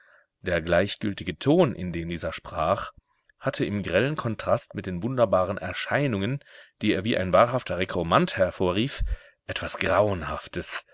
der gleichgültige ton in dem dieser sprach hatte im grellen kontrast mit den wunderbaren erscheinungen die er wie ein wahrhafter rekromant hervorrief etwas grauenhaftes